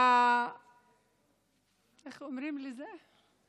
איך קוראים לזה?